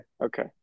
Okay